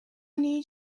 need